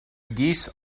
geese